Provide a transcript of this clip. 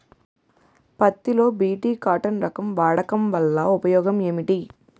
పత్తి లో BT cotton రకం వాడకం వల్ల ఉపయోగం ఏమిటి?